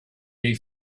dei